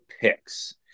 picks